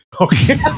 Okay